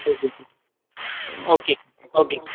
okay sir okay okay